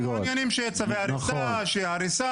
כן, מעוניינים שיהיה צווי הריסה, שיהיה הריסה.